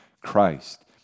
Christ